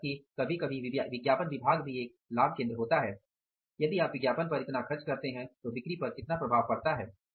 यहां तक कि कभी कभी विज्ञापन विभाग भी एक लाभ केंद्र होता है कि यदि आप विज्ञापन पर इतना खर्च करते हैं तो बिक्री पर कितना प्रभाव पड़ता है